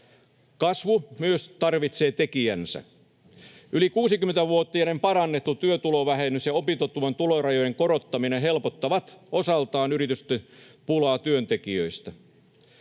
Kasvu myös tarvitsee tekijänsä: Yli 60-vuotiaiden parannettu työtulovähennys ja opintotuen tulorajojen korottaminen helpottavat osaltaan yritysten pulaa työntekijöistä.